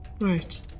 Right